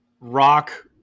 rock